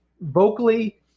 vocally